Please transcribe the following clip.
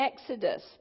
exodus